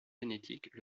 génétiques